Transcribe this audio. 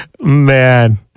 man